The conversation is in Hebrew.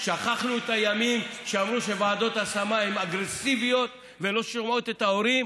שכחנו את הימים שאמרו שוועדות השמה הן אגרסיביות ולא שומעות את ההורים?